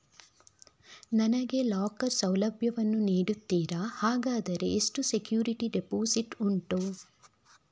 ನನಗೆ ಲಾಕರ್ ಸೌಲಭ್ಯ ವನ್ನು ನೀಡುತ್ತೀರಾ, ಹಾಗಾದರೆ ಎಷ್ಟು ಸೆಕ್ಯೂರಿಟಿ ಡೆಪೋಸಿಟ್ ಉಂಟು?